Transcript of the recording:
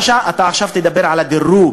עכשיו תדבר על הדירוג,